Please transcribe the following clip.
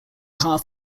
half